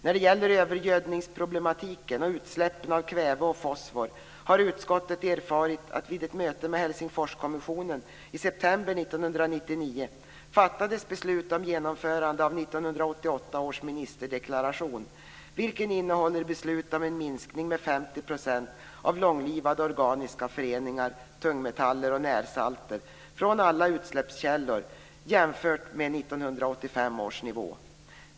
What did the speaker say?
När det gäller övergödningsproblematiken och utsläppen av kväve och fosfor har utskottet erfarit att det vid ett möte med Helsingforskommissionen i september 1999 fattades beslut om genomförande av 1988 års ministerdeklaration, vilken innehåller beslut om en minskning med 50 % av långlivade organiska föreningar, tungmetaller och närsalter från alla utsläppskällor jämfört med 1985 års nivå.